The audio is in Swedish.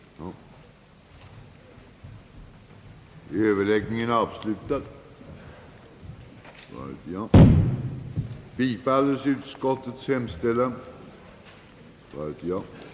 giftsblankett, som komme till användning, skulle utformas så, att den regelmässigt möjliggjorde en utförligare beskrivning av de förhållanden, som åberopades för avgiftsbefrielse.